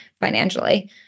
financially